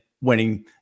winning